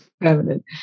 permanent